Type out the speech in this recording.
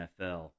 NFL